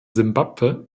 simbabwe